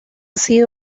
sido